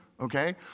okay